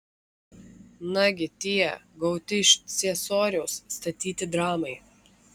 nagi tie gauti iš ciesoriaus statyti dramai